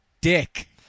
dick